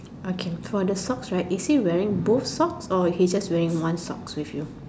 okay for the socks right it's he wearing both socks or he's just wearing one socks with you